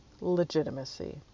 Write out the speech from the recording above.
legitimacy